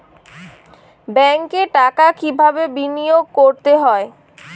ব্যাংকে টাকা কিভাবে বিনোয়োগ করতে হয়?